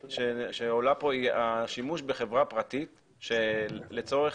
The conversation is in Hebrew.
כמובן שהמשטרה לא משתמשת בחברה פרטית לצורך